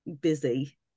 busy